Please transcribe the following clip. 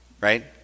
right